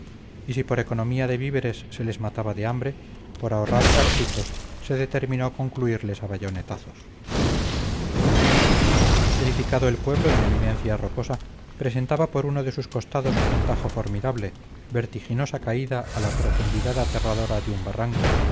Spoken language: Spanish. y si por economía de víveres se les mataba de hambre por ahorrar cartuchos se determinó concluirles a bayonetazos edificado el pueblo en eminencia rocosa presenta por uno de sus costados un tajo formidable vertiginosa caída a la profundidad aterradora de un barranco